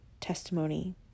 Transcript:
testimony